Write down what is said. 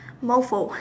moto